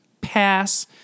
pass